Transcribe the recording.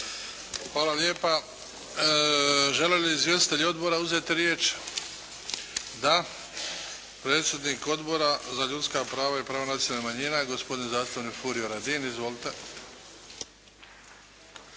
Hvala lijepa. Žele li izvjestitelji odbora uzeti riječ? Da. Predsjednik Odbora za ljudska prava i prava nacionalnih manjina gospodin zastupnik Furio Radin. Izvolite!